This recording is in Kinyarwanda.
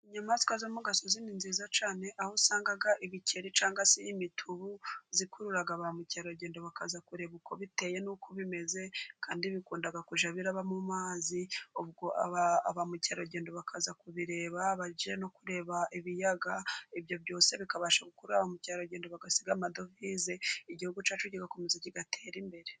Inyamaswa zo mu gasozi ni nziza cyane aho usanga ibikeri cangwa se imitubu ikurura ba mukerarugendo, bakaza kureba uko biteye n'uko bimeze kandi bikunda kujyabiraba mu mazi. Bamukerarugendo bakaza kubireba baje no kureba ibiyaga ibyo byose bikabasha gukurura ba mukerarugendo bagasiga amadovize, igihugu cyacu kigakomeza kigatera imbere.